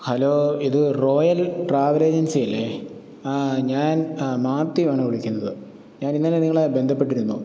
hello ഇത് royal ട്രാവലേജൻസിയല്ലേ ആ ഞാൻ മാത്യു ആണ് വിളിക്കുന്നത് ഞാനിന്നലെ നിങ്ങളെ ബന്ധപ്പെട്ടിരുന്നു